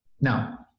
now